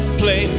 play